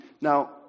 Now